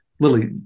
Lily